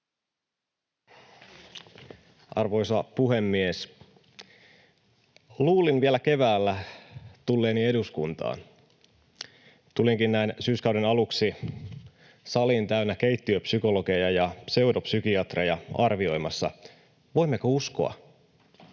Arvoisa puhemies! Luulin vielä keväällä tulleeni eduskuntaan. Kun tulen, näin syyskauden aluksi sali on täynnä keittiöpsykologeja ja pseudopsykiatreja arvioimassa: Voimmeko uskoa?